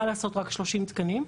מה לעשות רק 30 תקנים,